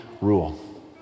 rule